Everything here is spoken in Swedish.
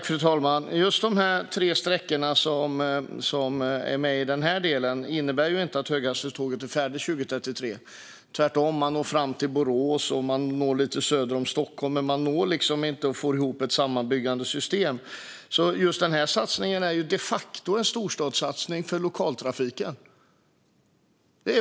Fru talman! Just de tre sträckorna, som är med i den här delen, innebär inte att höghastighetståget är färdigt till 2033 - tvärtom. Man når fram till Borås och lite söder om Stockholm, men man får inte ihop ett sammanhängande system. Just den satsningen är de facto en storstadssatsning på lokaltrafiken.